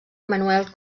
manuel